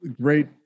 great